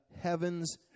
heavens